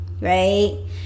right